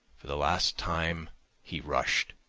for the last time he rushed.